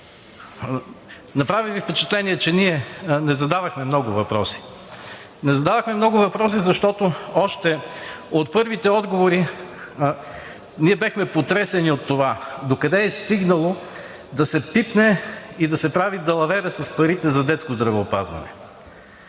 Направи ми впечатление, че ние не задавахме много въпроси. Не зададохме много въпроси, защото още от първите отговори бяхме потресени от това докъде е стигнало – да се пипне и да се прави далавера с парите за детско здравеопазване?!